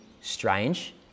strange